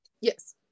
Yes